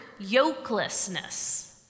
yokelessness